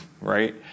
right